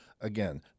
Again